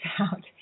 out